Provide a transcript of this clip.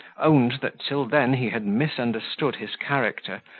owned that till then he had misunderstood his character,